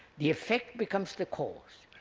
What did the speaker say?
the effect becomes the cause,